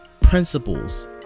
principles